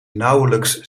nauwelijks